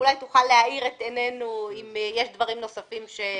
אולי תוכל להאיר את עינינו אם יש דברים נוספים שפספסנו.